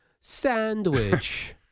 Sandwich